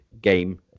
game